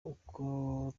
uko